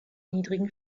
niedrigen